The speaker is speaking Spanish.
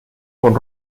con